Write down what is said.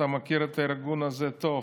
אתה מכיר את הארגון הזה טוב.